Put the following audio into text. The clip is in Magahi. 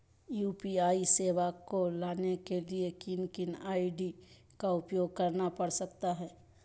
यू.पी.आई सेवाएं को लाने के लिए किन किन आई.डी का उपयोग करना पड़ सकता है?